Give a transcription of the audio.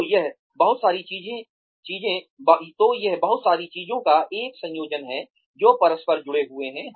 तो यह बहुत सारी चीजों का एक संयोजन है जो परस्पर जुड़े हुए हैं